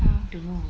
I don't know